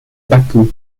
bakou